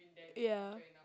ya